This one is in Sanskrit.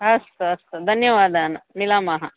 अस्तु अस्तु धन्यवादाः मिलामः